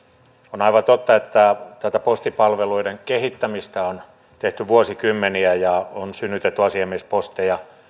on aivan totta että tätä postipalveluiden kehittämistä on tehty vuosikymmeniä ja on synnytetty asiamiesposteja